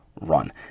run